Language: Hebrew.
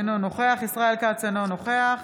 אינו נוכח ישראל כץ, אינו נוכח